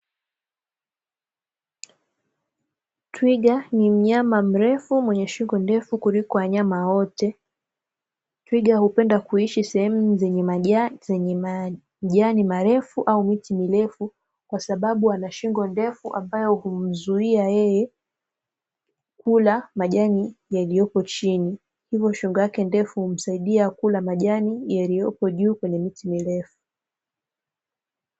Twiga ni mnyama mrefu mwenye shingo ndefu kuliko wanyama wote. Twiga hupenda kuishi sehemu zenye majani marefu au miti mirefu, kwa sababu ana shingo ndefu ambayo humzuia yeye kula majani yaliyopo chini, hivyo shingo yake ndefu humsaidia kula majani yaliyopo juu kwenye miti mirefu.